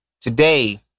Today